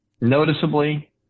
Noticeably